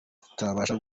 tutabasha